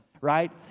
right